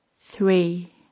Three